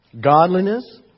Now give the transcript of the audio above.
Godliness